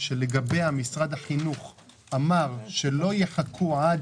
שלגביה משרד החינוך אמר שלא יחכו עד